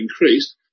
increased